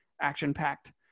action-packed